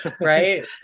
right